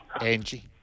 Angie